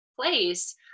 place